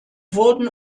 wurden